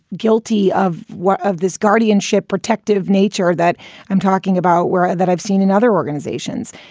guilty of what of this guardianship protective nature that i'm talking about, where that i've seen in other organizations.